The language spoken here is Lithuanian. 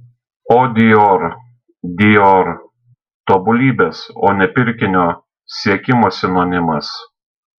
o dior dior tobulybės o ne pirkinio siekimo sinonimas